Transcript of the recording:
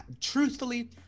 truthfully